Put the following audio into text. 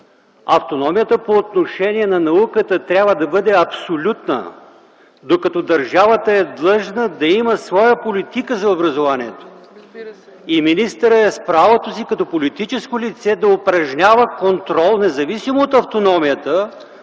Автономията по отношение на науката трябва да бъде абсолютна, докато държавата е длъжна да има своя политика за образованието и министъра е в правото си като политическо лице да упражнява контрол независимо от автономията